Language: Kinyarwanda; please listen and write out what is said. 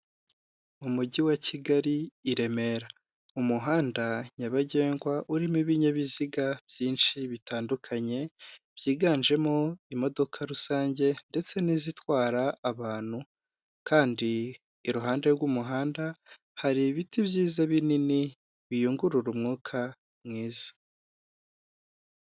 Mu mujyi wa Kigali i Remera, umuhanda nyabagendwa urimo ibinyabiziga byinshi bitandukanye byiganjemo imodoka rusange ndetse n'izitwara abantu, kandi iruhande rw'umuhanda hari ibiti byiza binini biyungurura umwuka mwiza.